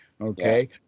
okay